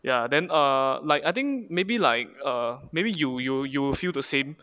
ya then err like I think maybe like err maybe you you you feel the same